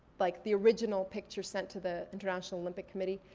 like the original picture sent to the internatonal olympic committee.